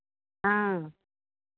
हँ